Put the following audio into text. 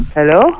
Hello